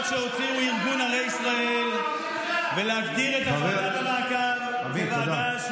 שהוציאו ארגון ערי ישראל ולהגדיר את ועדת המעקב כוועדה,